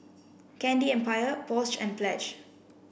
Candy Empire Porsche and Pledge